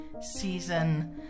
season